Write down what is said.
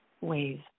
ways